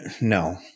no